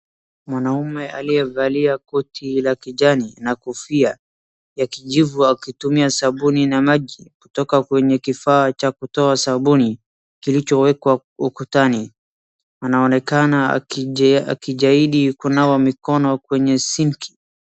Mwanaume aliyevalia koti la kijani na kofia ya kijivu akitumia sabuni na maji kutoka kwenye kifaa cha kutoa sabuni kilichowekwa ukutani anaonekana akijitahidi kunawa mikono kwenye sink .